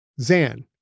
Zan